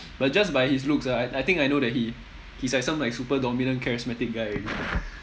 but just by his looks ah I I think I know that he he's like some like super dominant charismatic guy already